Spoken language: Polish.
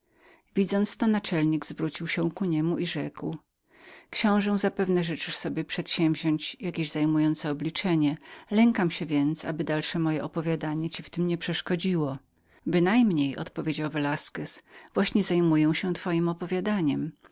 widząc to naczelnik obrócił ku niemu mowę i rzekł książe zapewne życzysz sobie przedsięwziąść jaki zajmujący rachunek lękam się więc aby dalsze moje opowiadanie mu nie przeszkodziło bynajmniej odparł velasquez właśnie zajmuję się twojem opowiadaniem